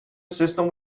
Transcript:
system